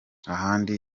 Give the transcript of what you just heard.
ahandi